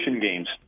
games